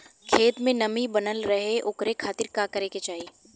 खेत में नमी बनल रहे ओकरे खाती का करे के चाही?